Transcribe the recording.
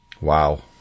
Wow